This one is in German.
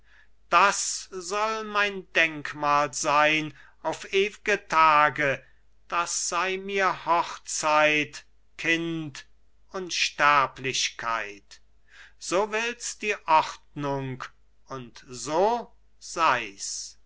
das soll mein denkmal sein auf ew'ge tage das sei mir hochzeit kind unsterblichkeit so will's die ordnung und so sei's